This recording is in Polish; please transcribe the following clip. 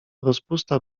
rozpusta